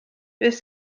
beth